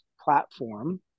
platform